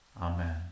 Amen